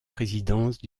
présidence